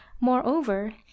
moreover